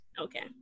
Okay